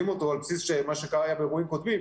אותו על בסיס מה שקרה באירועים קודמים,